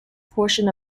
portion